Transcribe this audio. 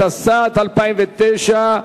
התשס"ט 2009,